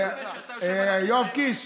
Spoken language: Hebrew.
יואב קיש,